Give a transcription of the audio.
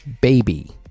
Baby